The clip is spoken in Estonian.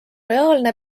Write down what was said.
reaalne